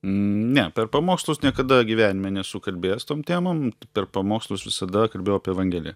ne per pamokslus niekada gyvenime nesu kalbėjęs tom temom per pamokslus visada kalbėjau apie evangeliją